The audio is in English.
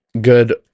good